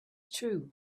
true